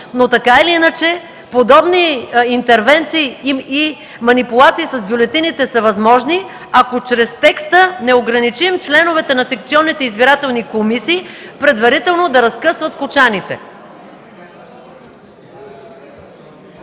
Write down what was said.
партийно. Подобни интервенции и манипулации с бюлетините са възможни, ако чрез текста не ограничим възможностите на членовете на секционните избирателни комисии предварително да разкъсват кочаните.